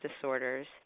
disorders